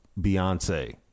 Beyonce